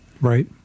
Right